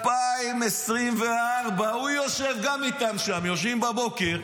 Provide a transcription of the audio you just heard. ב-2024 הוא יושב גם איתם שם, יושבים בבוקר,